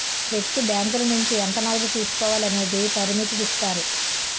వ్యక్తి బ్యాంకుల నుంచి ఎంత నగదు తీసుకోవాలి అనేది పరిమితుదిస్తారు